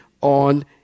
on